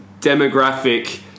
demographic